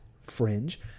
Fringe